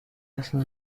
hacen